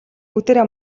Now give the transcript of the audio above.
бүгдээрээ